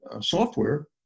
software